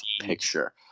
picture